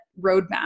roadmap